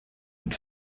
and